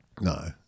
No